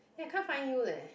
eh I can't find you leh